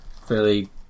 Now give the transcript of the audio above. fairly